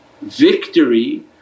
victory